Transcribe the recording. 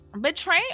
betray